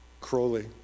crowley